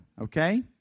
okay